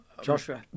Joshua